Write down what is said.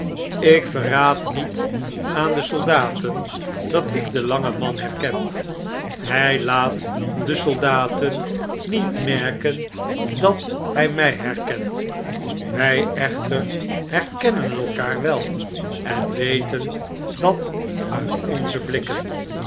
ik verraad niet aan de soldaten dat ik den langen man herken hj laat de soldaten niet rnerken dat hjj mij herkent wjj echter herkennen elkaar wel en weten dat uit onze blikken